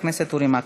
אורי מקלב.